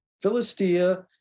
Philistia